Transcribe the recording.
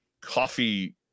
coffee